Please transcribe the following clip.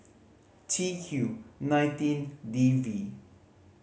T Q nineteen D V